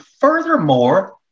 furthermore